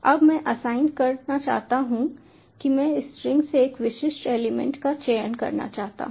अब मैं असाइन करना चाहता हूं कि मैं स्ट्रिंग से एक विशिष्ट एलिमेंट का चयन करना चाहता हूं